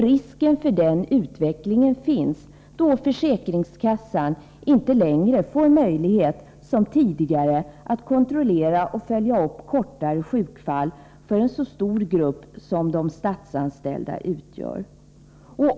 Risken för den utvecklingen finns, då försäkringskassan inte längre får möjlighet att som tidigare kontrollera och följa upp kortare sjukfall för en så stor grupp som statsanställda utgör.